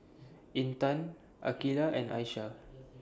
Intan Aqeelah and Aisyah